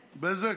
בֶּזֶק.